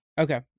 Okay